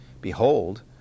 behold